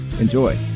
Enjoy